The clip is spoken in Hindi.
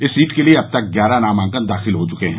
इस सीट के लिए अब तक ग्यारह नामांकन दाखिल हो चुके हैं